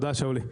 תודה, שאולי.